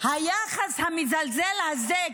היחס המזלזל הזה,